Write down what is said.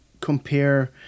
compare